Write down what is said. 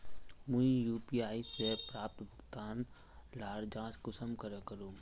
मुई यु.पी.आई से प्राप्त भुगतान लार जाँच कुंसम करे करूम?